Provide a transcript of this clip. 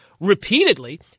repeatedly